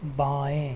बाएं